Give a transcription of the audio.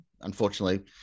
unfortunately